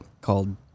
called